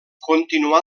continuà